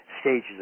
stages